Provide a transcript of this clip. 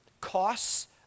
costs